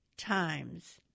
times